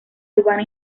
urbana